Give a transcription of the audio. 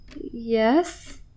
Yes